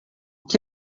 que